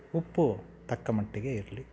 ಉಪ್ಪು ತಕ್ಕ ಮಟ್ಟಿಗೆ ಇರಲಿ